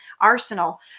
arsenal